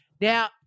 Now